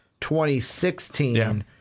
2016